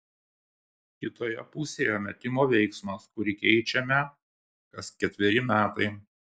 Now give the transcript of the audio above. kitoje pusėje metimo veiksmas kurį keičiame kas ketveri metai